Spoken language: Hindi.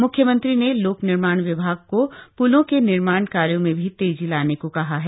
मुख्यमंत्री ने लोक निर्माण विभाग को पुलों के निर्माण कार्यों में भी तेजी लाने के कहा है